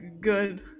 good